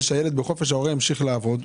אבל ההורה ממשיך לעבוד.